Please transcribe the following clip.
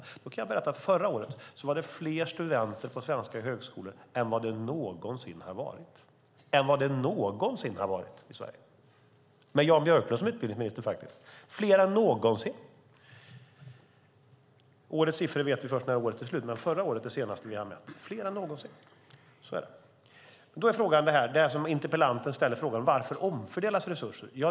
Jag kan berätta att det förra året var fler studenter på svenska högskolor än vad det någonsin har varit i Sverige - faktiskt med Jan Björklund som utbildningsminister. Årets siffror vet vi först när året är slut. Förra året är det senaste vi har mätt, och det var fler än någonsin. Så är det! Interpellanten ställer frågan: Varför omfördelas resurser?